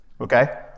okay